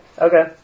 Okay